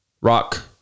Rock